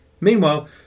Meanwhile